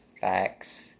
facts